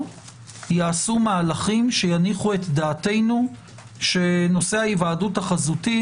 ייעשו מהלכים שיניחו את דעתנו שנושא ההיוועדות החזותית